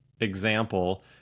example